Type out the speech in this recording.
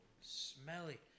smelly